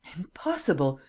impossible!